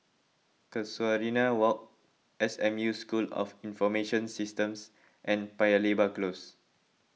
Casuarina Walk S M U School of Information Systems and Paya Lebar Close